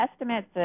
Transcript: estimates